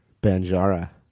banjara